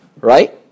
Right